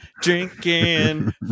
drinking